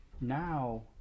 now